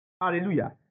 hallelujah